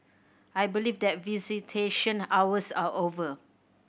I believe that visitation hours are over